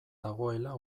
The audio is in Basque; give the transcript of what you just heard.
dagoela